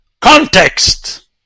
context